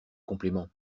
complément